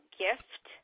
gift